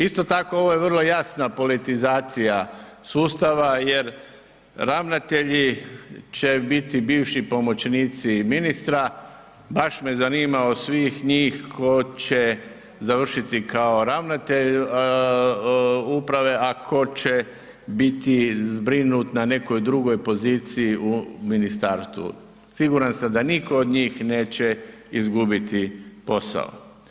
Isto tako ovo je vrlo jasna politizacija sustava jer ravnatelji će biti bivši pomoćnici ministra, baš me zanima od svih njih tko će završiti kao ravnatelj uprave, a tko će biti zbrinut na nekoj drugoj poziciji u ministarstvu, siguran sam da nitko od njih neće izgubiti posao.